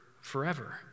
forever